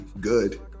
good